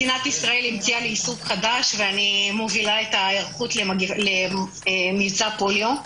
מדינת ישראל המציאה לי עיסוק חדש ואני מובילה את ההיערכות למבצע פוליו.